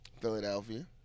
Philadelphia